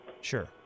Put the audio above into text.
Sure